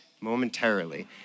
momentarily